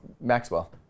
Maxwell